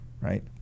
right